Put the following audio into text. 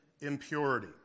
impurity